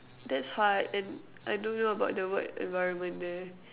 that's hard and I don't know about the work environment there